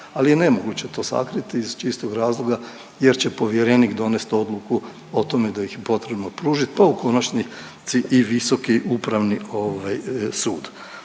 ali je nemoguće to sakriti iz čistog razloga jer će povjerenik donesti odluku o tome da ih je potrebno pružiti, pa u konačnici i visoki upravni ovaj